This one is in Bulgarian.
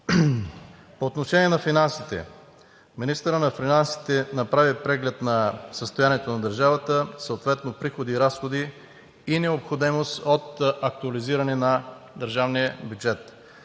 По отношение на финансите. Министърът на финансите направи преглед на състоянието на държавата, съответно приходи и разходи и необходимост от актуализиране на държавния бюджет.